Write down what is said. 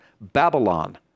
Babylon